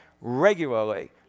Regularly